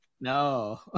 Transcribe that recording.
No